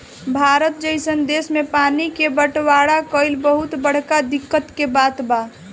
भारत जइसन देश मे पानी के बटवारा कइल बहुत बड़का दिक्कत के बात बा